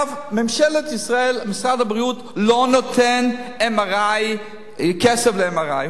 ממשלת ישראל ומשרד הבריאות לא נותנים כסף ל-MRI,